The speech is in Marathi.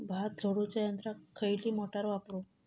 भात झोडूच्या यंत्राक खयली मोटार वापरू?